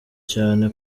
cyane